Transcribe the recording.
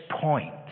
point